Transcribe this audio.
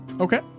Okay